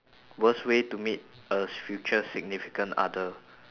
worst way to meet a future significant other